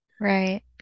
right